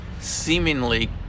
seemingly